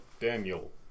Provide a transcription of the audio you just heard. Daniel